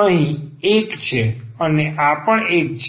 અહીં 1 છે અને આ પણ 1 છે